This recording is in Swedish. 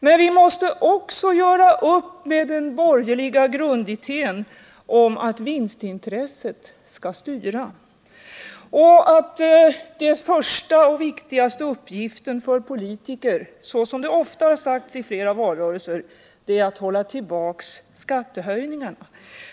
Men vi måste också göra upp med den borgerliga grundidén att vinstintresset skall styra och att den första och viktigaste uppgiften för politiker, såsom det ofta har sagts i flera valrörelser, är att hålla tillbaka skattehöjningarna.